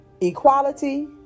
Equality